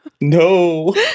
No